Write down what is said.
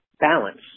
balance